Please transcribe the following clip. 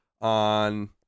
on